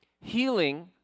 Healing